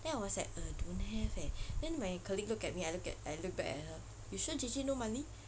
then I was like err don't have eh then my colleague looked at me I looked at I I looked back at her you sure J_J no money